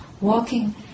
walking